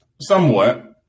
somewhat